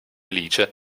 alice